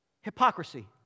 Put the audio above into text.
hypocrisy